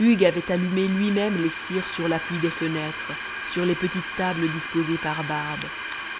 hugues avait allumé lui-même les cires sur l'appui des fenêtres sur les petites tables disposées par barbe